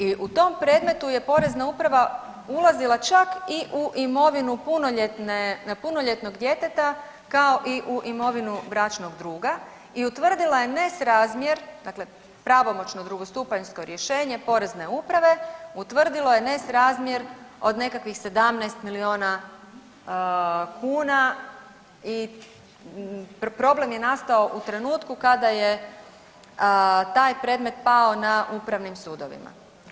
I u tom predmetu je Porezna uprava ulazila čak i u imovinu punoljetnog djeteta kao i u imovinu bračnog druga i utvrdila je nesrazmjer, dakle pravomoćno drugostupanjsko rješenje Porezne uprave utvrdilo je nesrazmjer od nekakvih 17 milijuna kuna i problem je nastao u trenutku kada je taj predmet pao na upravnim sudovima.